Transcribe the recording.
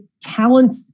talent